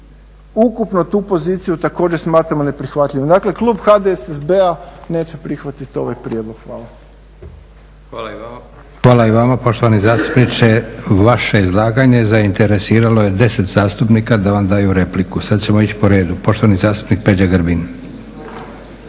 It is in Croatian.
Ukupno tu poziciju također smatramo neprihvatljivom. Dakle, klub HDSSB-a neće prihvatiti ovaj prijedlog. Hvala. **Leko, Josip (SDP)** Hvala i vama poštovani zastupniče. Vaše izlaganja zainteresiralo je 10 zastupnika da vam daju repliku. Sada ćemo ići po redu. Poštovani zastupnik Peđa Grbin.